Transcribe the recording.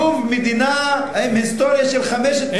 לוב זו מדינה עם היסטוריה של 5,000 שנה,